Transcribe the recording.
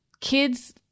kids